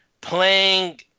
playing